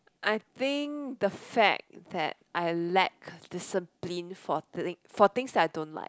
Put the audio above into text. I think the fact that I lack discipline for thi~ for things that I don't like